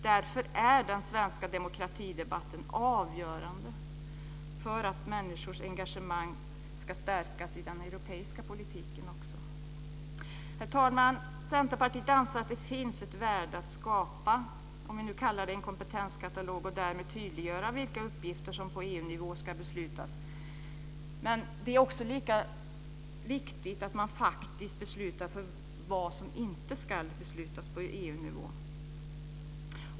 Därför är den svenska demokratidebatten avgörande för att människors engagemang ska stärkas också i den europeiska politiken. Herr talman! Centerpartiet anser att det finns ett värde att skapa en - om vi nu kallar det så - kompetenskatalog och därmed tydliggöra vilka uppgifter som ska beslutas på EU-nivå. Det är också viktigt att man får besluta vad som inte ska beslutas på EU-nivå.